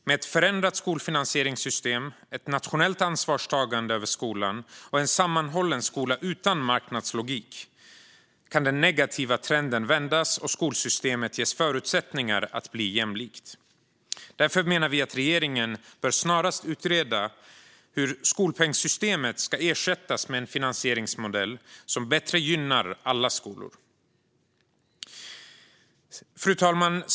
Med ett förändrat skolfinansieringssystem, ett nationellt ansvarstagande för skolan och en sammanhållen skola utan marknadslogik kan den negativa trenden vändas och skolsystemet ges förutsättningar att bli jämlikt. Därför menar vi att regeringen snarast bör utreda hur skolpengssystemet ska ersättas med en finansieringsmodell som bättre gynnar alla skolor. Fru talman!